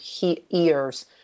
ears